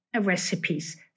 recipes